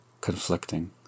conflicting